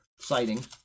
citing